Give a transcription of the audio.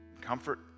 comfort